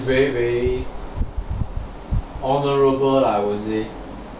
it is very very honourable lah I would say